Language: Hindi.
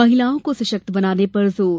महिलाओं को सशक्त बनाने पर जोर